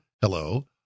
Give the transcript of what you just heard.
hello